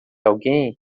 alguém